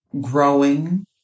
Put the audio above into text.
growing